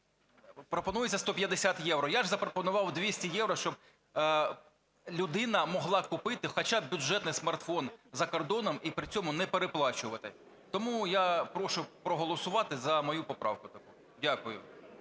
пропонується 150 євро. Я ж запропонував 200 євро, щоб людина могла купити хоча б бюджетний смартфон за кордоном і при цьому не переплачувати. Тому я прошу проголосувати за мою поправку. Дякую.